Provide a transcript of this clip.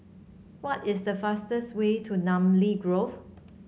what is the fastest way to Namly Grove